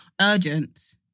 urgent